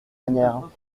manière